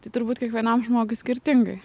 tai turbūt kiekvienam žmogui skirtingai